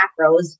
macros